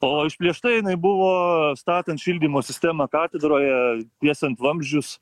o išplėšta jinai buvo statant šildymo sistemą katedroje tiesiant vamzdžius